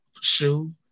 shoe